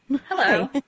hello